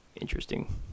interesting